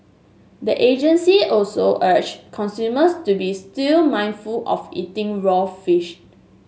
the agency also urged consumers to be still mindful of eating raw fish